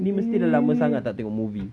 ni mesti dah lama sangat tak tengok movie